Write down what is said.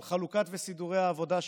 על חלוקת העבודה וסידורי העבודה שלהם,